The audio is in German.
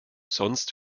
sonst